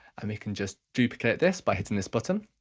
and we can just duplicate this by hitting this button.